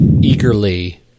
eagerly